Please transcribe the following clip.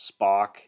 Spock